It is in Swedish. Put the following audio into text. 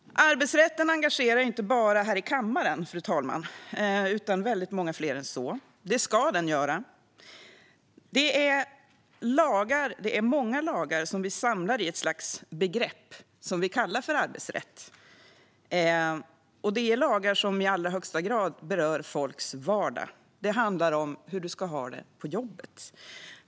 Arbetsrätten engagerar inte bara oss här i kammaren, fru talman, utan väldigt många fler än så. Det ska den göra. De många lagar som vi samlar i ett slags begrepp, det som vi kallar arbetsrätt, är ju lagar som i allra högsta grad berör folks vardag. Det handlar om hur du ska ha det på jobbet.